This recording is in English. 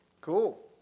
Cool